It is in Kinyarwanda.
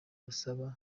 busaba